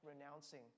renouncing